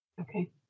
Okay